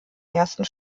ersten